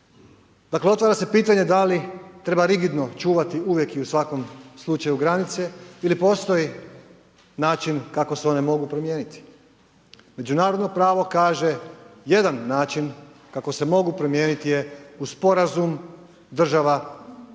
Dakle, otvara se pitanje da li treba rigidno čuvati uvijek i u svakom slučaju granice ili postoji način kako se one mogu promijeniti. Međunarodno pravo kaže jedan način kako se mogu promijeniti je uz Sporazum država koje